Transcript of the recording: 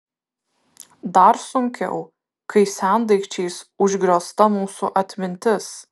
dar sunkiau kai sendaikčiais užgriozta mūsų atmintis